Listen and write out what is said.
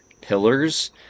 pillars